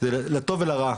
לטוב ולרע.